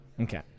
Okay